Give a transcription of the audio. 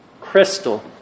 crystal